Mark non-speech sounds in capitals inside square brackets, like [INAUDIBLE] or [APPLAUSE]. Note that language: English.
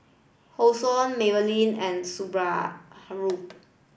Hosen Maybelline and Subaru [UNINTELLIGIBLE]